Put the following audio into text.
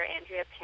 Andrea